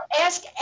Ask